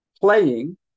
playing